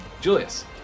Julius